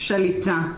שליטה".